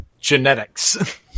Genetics